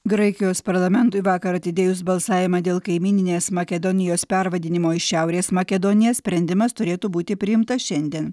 graikijos parlamentui vakar atidėjus balsavimą dėl kaimyninės makedonijos pervadinimo į šiaurės makedoniją sprendimas turėtų būti priimtas šiandien